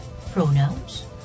pronouns